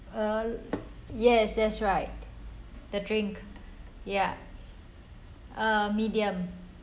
uh yes that's right the drink ya uh medium